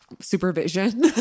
supervision